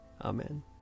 Amen